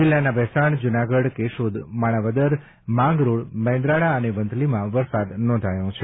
જિલ્લાના ભેસાણ જૂનાગઢ કેશોદ માણાવદર માંગરોળ મેંદરડા અને વંથલીમાં વરસાદ નોંધાયો છે